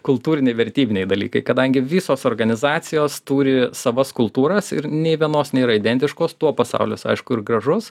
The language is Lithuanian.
kultūriniai vertybiniai dalykai kadangi visos organizacijos turi savas kultūras ir nei vienos nėra identiškos tuo pasaulis aišku ir gražus